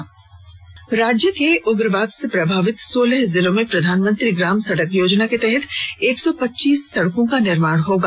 सड़क निर्माण राज्य के उग्रवाद से प्रभावित सोलह जिलों में प्रधानमंत्री ग्राम सड़क योजना के तहत एक सौ पच्चीस सड़कों का निर्माण होगा